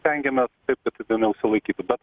stengiamės taip kad ten jau sulaikytų bet